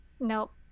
Nope